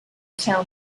tell